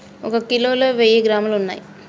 ఒక కిలోలో వెయ్యి గ్రాములు ఉన్నయ్